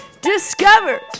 Discover